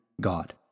God